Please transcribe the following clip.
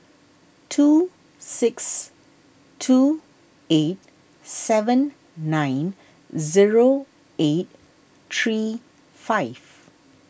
two six two eight seven nine zero eight three five